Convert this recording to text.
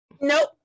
Nope